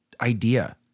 idea